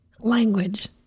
language